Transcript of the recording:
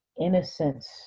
innocence